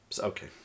Okay